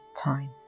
time